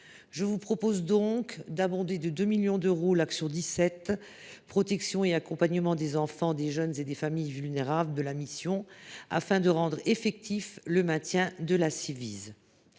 je vous propose d’abonder de 2 millions d’euros l’action n° 17 « Protection et accompagnement des enfants, des jeunes et des familles vulnérables », afin de rendre effectif le maintien de la Ciivise.